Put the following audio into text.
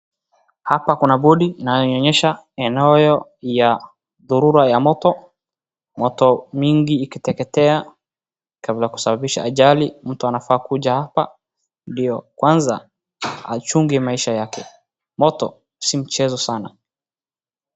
Hapa kuna board inayoonyesha eneo ya dharura ya moto. Moto mingi ikiteketea kabla kusababisha ajali, mtu anafaa kukuja hapa ndio kwanza achunge maisha yake. Moto si mchezo sana.